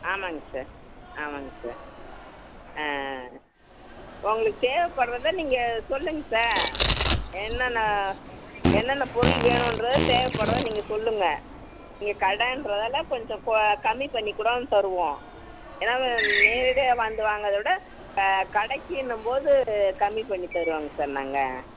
ஆமாங்க சார் ஆமாங்க சார் உங்களுக்கு தேவைப்பட்றத நீங்கள் சொல்லுங்கள் சார் என்னென்ன என்னென்ன பொருள் வேணுங்றது தேவைப்பட்றத நீங்கள் சொல்லுங்கள் நீங்கள் கடைன்றதால கொஞ்சம் கம்மி பண்ணிக் கூட தருவோம் ஏன்னால் நேரடியாக வந்து வாங்கிறத விட கடைக்கென்னும் போது கம்மிப் பண்ணி தருவோங்க சார் நாங்கள்